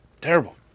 terrible